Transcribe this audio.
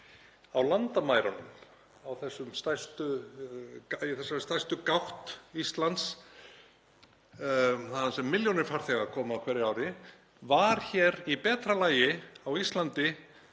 á landamærunum, þessari stærstu gátt Íslands þar sem milljónir farþega koma á hverju ári, var í betra lagi á Íslandi